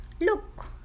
look